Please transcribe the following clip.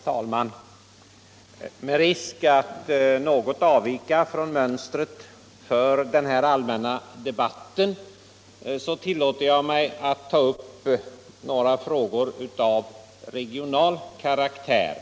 Herr talman! Med risk för att något avvika från mönstret för den här allmänna debatten tillåter jag mig att ta upp några frågor av regional karaktär.